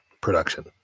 production